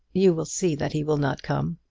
you will see that he will not come.